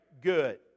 good